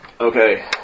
Okay